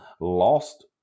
lost